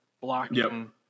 blocking